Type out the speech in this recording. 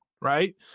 right